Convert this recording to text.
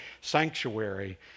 sanctuary